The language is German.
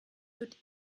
wird